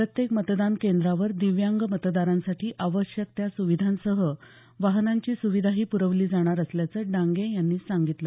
प्रत्येक मतदान केंद्रावर दिव्यांग मतदारांसाठी आवश्यक त्या सुविधांसह वाहनांची सुविधाही प्रवली जाणार असल्याचं डांगे यांनी सांगितलं